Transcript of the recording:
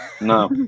No